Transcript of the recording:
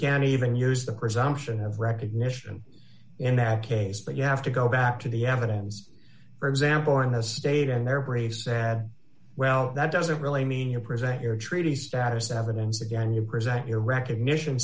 can't even use the presumption of recognition in that case but you have to go back to the evidence for example in this state and they're brave said well that doesn't really mean you present your treaty status evidence again you present your recognition